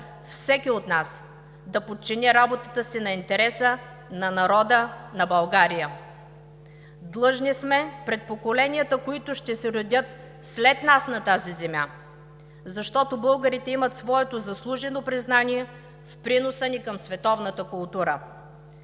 всеки от нас да подчини работата си на интереса на народа на България. Длъжни сме пред поколенията, които ще се родят след нас на тази земя, защото българите имаме своето заслужено признание в приноса ни към световната култура.